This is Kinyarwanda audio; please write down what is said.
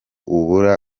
uba